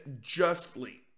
justly